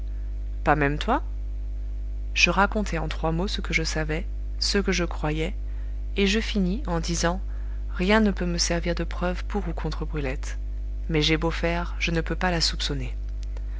pas même toi je racontai en trois mots ce que je savais ce que je croyais et je finis en disant rien ne peut me servir de preuve pour ou contre brulette mais j'ai beau faire je ne peux pas la soupçonner